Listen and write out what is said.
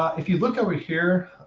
if you look over here,